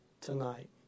tonight